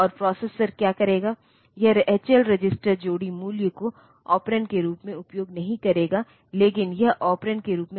और फिर उन लोगों कंप्यूटर सिस्टम में हेक्साडेसिमल प्रोग्राम में प्रवेश करना जो एक और सिरदर्द बन जाता है ताकि जिस तरह से यह त्रुटि प्रवण बन रहा है